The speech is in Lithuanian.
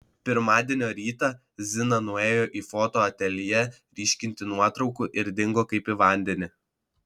pirmadienio rytą zina nuėjo į foto ateljė ryškinti nuotraukų ir dingo kaip į vandenį